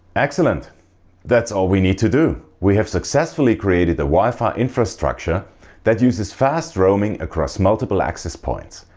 excellent that's all we need to do. we have successfully created a wi-fi infrastructure that uses fast roaming across multiple access points.